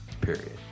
Period